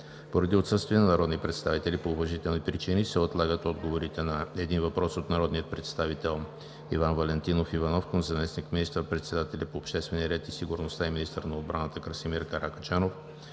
Поради отсъствие на народни представители по уважителни причини се отлагат отговорите на един въпрос от народния представител Иван Валентинов Иванов към заместник министър-председателя по обществения ред и сигурността и министър на отбраната Красимир Каракачанов;